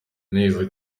neza